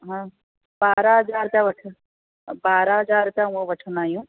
हा ॿारहां हज़ार रुपिया वठंदी ॿारहां हज़ार रुपिया उहा वठंदा आहियूं